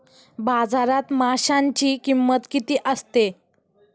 बाजारात माशांची किंमत किती असते?